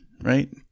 right